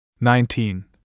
nineteen